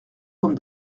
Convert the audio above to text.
comme